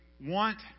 want